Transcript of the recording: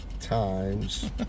times